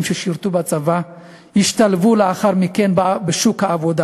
ששירתו בצבא השתלבו לאחר מכן בשוק העבודה.